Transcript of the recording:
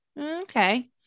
Okay